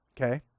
Okay